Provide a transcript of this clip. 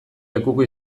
lekuko